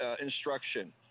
instruction